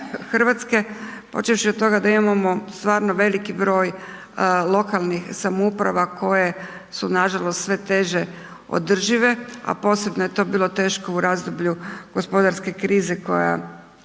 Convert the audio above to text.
RH počevši od toga da imamo stvarno veliki broj lokalnih samouprava koje su nažalost sve teže održive, a posebno je to bilo u razdoblju gospodarske krize koja